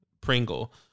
Pringle